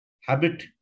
habit